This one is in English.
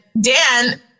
Dan